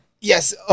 Yes